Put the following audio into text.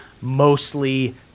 mostly